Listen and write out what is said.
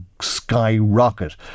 skyrocket